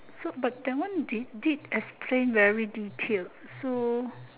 so but that one did did explain very detailed so